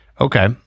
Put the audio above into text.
Okay